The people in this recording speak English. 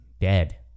Dead